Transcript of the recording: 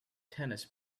tennis